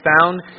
found